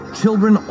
children